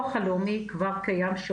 הבאנו גם המלצות לגופים ציבוריים,